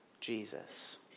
Jesus